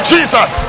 Jesus